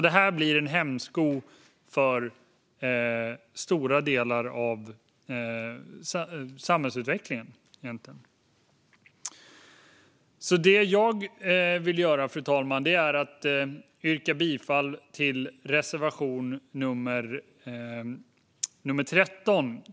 Det lägger hämsko på stora delar av samhällsutvecklingen. Därför, fru talman, yrkar jag bifall till reservation nummer 13.